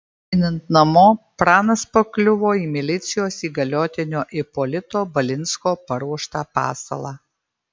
einant namo pranas pakliuvo į milicijos įgaliotinio ipolito balinsko paruoštą pasalą